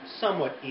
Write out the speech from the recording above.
somewhat